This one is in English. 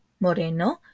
Moreno